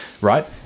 Right